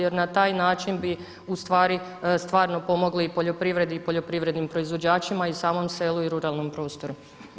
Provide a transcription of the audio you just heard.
Jer na taj način bi u stvari stvarno pomogli i poljoprivredi i poljoprivrednim proizvođačima i samom selu i ruralnom prostoru.